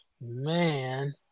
man